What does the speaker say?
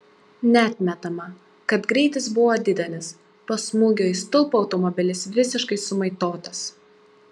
neatmetama kad greitis buvo didelis po smūgio į stulpą automobilis visiškai sumaitotas